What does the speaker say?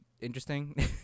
interesting